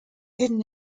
hidden